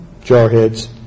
jarheads